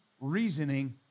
reasoning